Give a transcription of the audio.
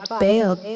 bailed